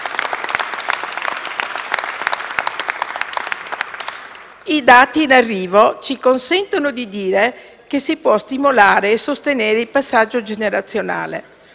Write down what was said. I dati in arrivo ci consentono di dire che si può stimolare e sostenere il passaggio generazionale.